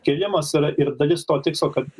kėlimas yra ir dalis to tikslo kad